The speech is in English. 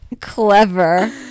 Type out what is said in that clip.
Clever